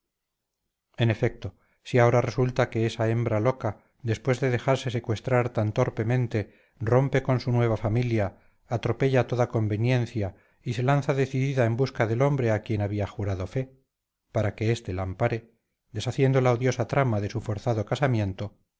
en efecto si ahora resulta que esa hembra loca después de dejarse secuestrar tan torpemente rompe con su nueva familia atropella toda conveniencia y se lanza decidida en busca del hombre a quien había jurado fe para que este la ampare deshaciendo la odiosa trama de su forzado casamiento